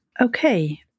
Okay